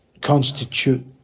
constitute